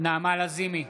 נעמה לזימי,